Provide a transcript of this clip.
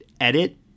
edit